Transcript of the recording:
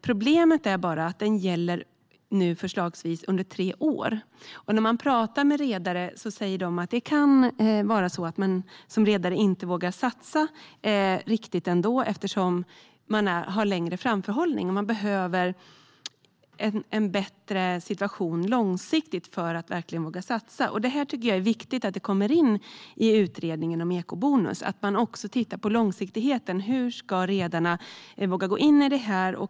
Problemet är bara att den förslagsvis ska gälla under tre år. När man pratar med redare säger de att det kan vara så att man som redare ändå inte vågar satsa riktigt, eftersom man har längre framförhållning och behöver en bättre situation långsiktigt för att verkligen våga satsa. Jag tycker att det är viktigt att det här kommer in i utredningen om eco-bonus - att man också tittar på långsiktigheten och hur redarna ska våga gå in i det här.